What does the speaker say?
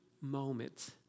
moment